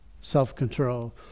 self-control